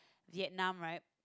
Vietnam right